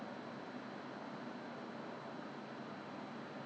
then I find that the quite sticky then I feel that it will start clogging